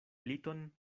liton